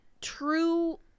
true